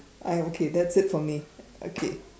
I'm okay that's it for me okay